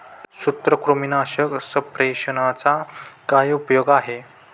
सूत्रकृमीनाशक सस्पेंशनचा काय उपयोग आहे?